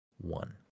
one